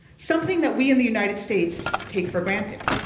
something that we in the united states take for granted.